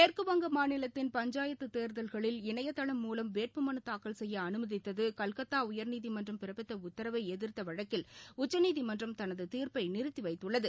மேற்குவங்க மாநிலத்தின் பஞ்சாயத்து தேர்தல்களில் இணையதளம் மூலம் வேட்புமனு தாக்கல் செய்ய அனுமதித்து கல்கத்தா உயா்நீதிமன்றம் பிறப்பித்த உத்தரவை எதிா்த்த வழக்கில் உச்சநீதிமன்றம் தனது தீர்ப்பை நிறுத்தி வைத்துள்ளது